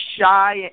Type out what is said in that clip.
shy